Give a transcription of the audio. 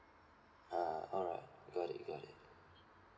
ah ah got it got it